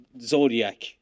Zodiac